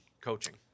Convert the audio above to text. coaching